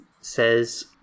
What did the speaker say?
says